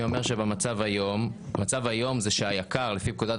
אני אומר שבמצב היום המצב היום הוא שהיק"ר לפי פקודת